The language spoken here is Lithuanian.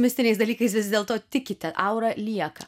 mistiniais dalykais vis dėlto tikite aura lieka